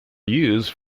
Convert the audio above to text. used